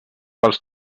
pels